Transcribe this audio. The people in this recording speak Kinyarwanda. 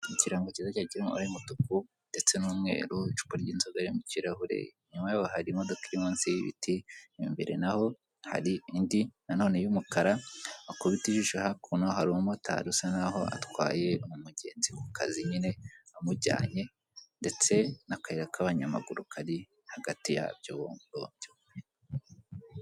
Ikirango cyiza cyane kiri mu mabara y'umutuku ndetse n'umweru, icupa ry'inzoga riri mu kirahure, inyuma yaho hari imodoka iri munsi y'ibiti, imbere n'aho hari indi na none y'umukara, wakubita ijisho hakuno hari umumotari usa nkaho atwaye mugenzi ku kazi nyine amujyanye ndetse akayira k'abanyamaguru kari hagati yabyo byombi.